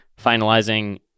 finalizing